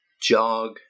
jog